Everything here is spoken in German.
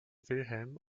wilhelm